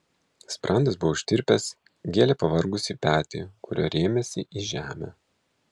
sprandas buvo užtirpęs gėlė pavargusį petį kuriuo rėmėsi į žemę